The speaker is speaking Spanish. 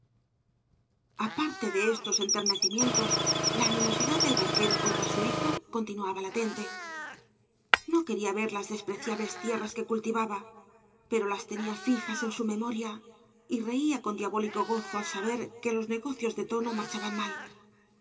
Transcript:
aparte de estos enternecimientos la animosidad del barquero contra su hijo continuaba latengañas y barro te no quería ver laa desprecíablea tierras que cultivaba pero las tenia flj b en su meraoria y reía con diabólico gozo al sabar que loa negocios de tono marchaban mal el